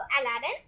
Aladdin